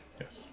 Yes